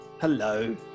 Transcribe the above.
Hello